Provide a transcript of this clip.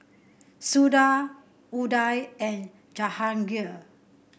Suda Udai and Jahangir